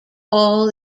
all